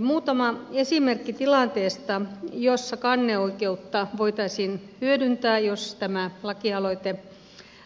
muutama esimerkki tilanteesta jossa kanneoikeutta voitaisiin hyödyntää jos tämä lakialoite